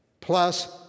plus